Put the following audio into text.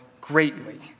greatly